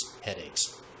headaches